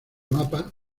mapa